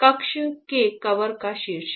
कक्ष के कवर का शीर्ष है